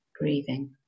breathing